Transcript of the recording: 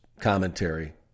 commentary